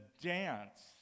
dance